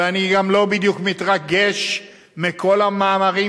ואני גם לא בדיוק מתרגש מכל המאמרים